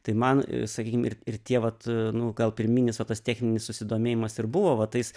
tai man sakykim ir ir tie vat nu gal pirminis va tas techninis susidomėjimas ir buvo va tais